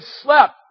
slept